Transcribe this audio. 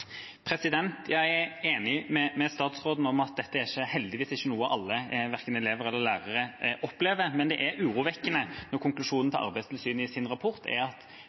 Jeg er enig med statsråden i at dette, heldigvis, ikke er noe alle elever eller lærere opplever, men det er urovekkende når konklusjonen i Arbeidstilsynets rapport er at